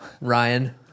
Ryan